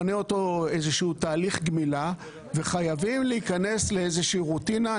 תהליך גמילה וחייבים להיכנס לאיזושהי רוטינה.